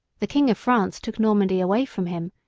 the king of france took normandy away from him,